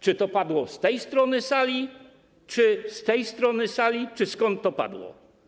Czy to padło z tej strony sali, czy z tej strony sali, czy skąd to padło?